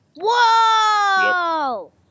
Whoa